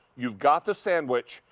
you've got the sandwich,